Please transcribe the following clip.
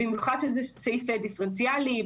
במיוחד כשזה סעיף דיפרנציאלי,